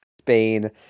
Spain